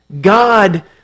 God